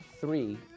three